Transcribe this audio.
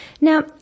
Now